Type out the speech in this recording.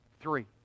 Three